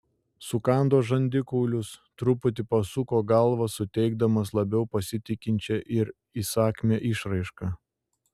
sukando žandikaulius truputį pasuko galvą suteikdamas labiau pasitikinčią ir įsakmią išraišką